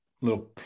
little